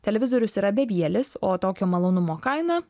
televizorius yra bevielis o tokio malonumo kaina